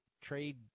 trade